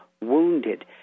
wounded